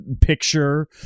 picture